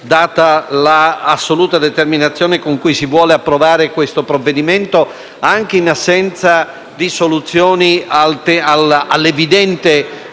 data l'assoluta determinazione con cui si vuole approvare questo provvedimento, anche in assenza di soluzioni all'evidente